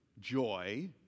joy